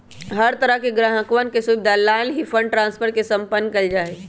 हर तरह से ग्राहकवन के सुविधा लाल ही फंड ट्रांस्फर के सम्पन्न कइल जा हई